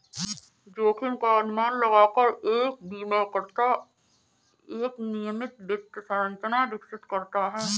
जोखिम का अनुमान लगाकर एक बीमाकर्ता एक नियमित वित्त संरचना विकसित करता है